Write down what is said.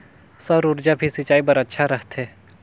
सौर ऊर्जा भी सिंचाई बर अच्छा रहथे?